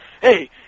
Hey